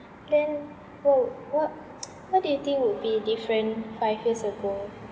then wha~ what what do you think would be different five years ago